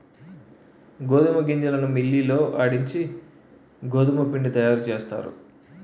గోధుమ గింజలను మిల్లి లో ఆడించి గోధుమపిండి తయారుచేస్తారు